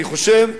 אני חושב שהנשיא,